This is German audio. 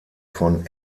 von